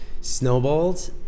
snowballed